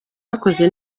wakoze